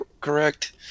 Correct